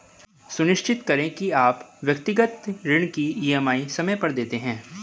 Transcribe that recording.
सुनिश्चित करें की आप व्यक्तिगत ऋण की ई.एम.आई समय पर देते हैं